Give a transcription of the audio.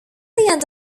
end